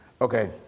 Okay